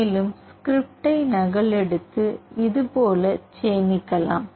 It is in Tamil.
மேலும் ஸ்கிரிப்டை நகலெடுத்து இதேபோல் சேமிக்கலாம்